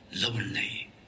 lonely